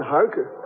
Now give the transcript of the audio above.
Harker